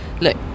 look